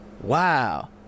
wow